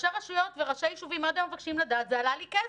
ראשי רשויות וראשי יישובים עד היום מבקשים לדעת זה עלה לי כסף,